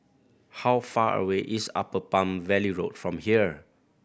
how far away is Upper Palm Valley Road from here